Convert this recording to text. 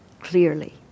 Clearly